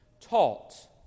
taught